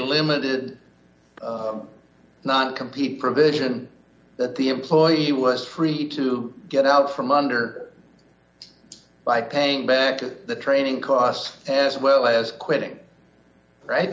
limited non compete provision that the employee was free to get out from under by paying back to the training costs as well as quitting right